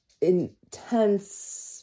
intense